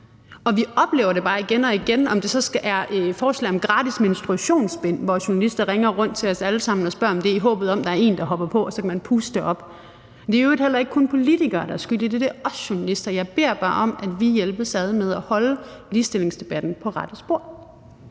Vi oplever det bare igen og igen – om det så er et forslag om gratis menstruationsbind, hvor journalister ringer rundt til os alle sammen og spørger til det i håbet om, at der er en, der hopper på, så man kan puste det op. Det er i øvrigt heller ikke kun politikere, der er skyld i det; det er også journalister. Jeg beder bare om, at vi hjælpes ad med at holde ligestillingsdebatten på rette spor.